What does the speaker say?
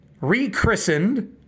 rechristened